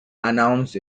announced